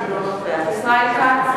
אינו נוכח ישראל כץ,